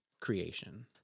creation